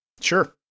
Sure